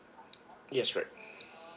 yes right